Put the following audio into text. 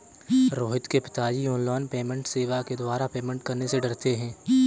रोहित के पिताजी online payment सेवा के द्वारा पेमेंट करने से डरते हैं